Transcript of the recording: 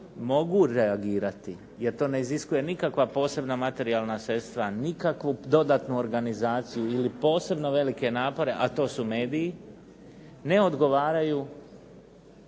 mogu reagirati jer to ne iziskuje nikakva posebna materijalna sredstva, nikakvu dodatnu organizaciju ili posebno velike napore a to su mediji ne odgovaraju